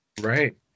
Right